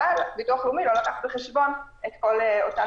אבל הביטוח הלאומי לא לקח בחשבון את כל אותן